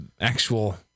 actual